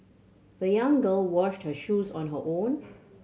the young girl washed her shoes on her own